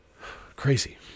Crazy